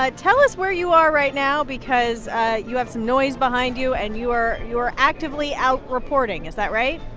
ah tell us where you are right now because ah you have some noise behind you, and you are you are actively out reporting. is that right.